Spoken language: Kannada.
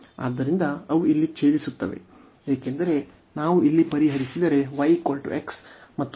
ಆದ್ದರಿಂದ ಅವು ಇಲ್ಲಿ ಛೇದಿಸುತ್ತವೆ ಏಕೆಂದರೆ ನಾವು ಇಲ್ಲಿ ಪರಿಹರಿಸಿದರೆ y x ಮತ್ತು y x 2